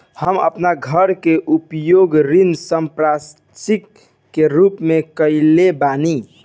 हम अपन घर के उपयोग ऋण संपार्श्विक के रूप में कईले बानी